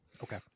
Okay